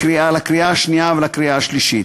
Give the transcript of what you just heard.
לקריאה השנייה ולקריאה השלישית.